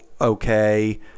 okay